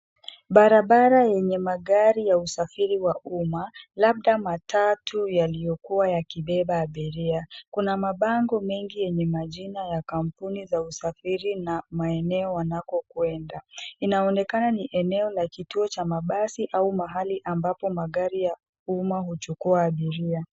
Barabara yenye magari ya usafiri wa umma, labda matatu yaliyokuwa yakibeba abiria. Kuna mabango mengi yenye majina ya kampuni za usafiri na maeneo wanakokwenda. Inaonekana ni eneo la kituo cha mabasi au mahali ambapo magari ya umma huchukua abiria.